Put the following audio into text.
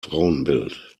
frauenbild